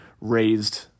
raised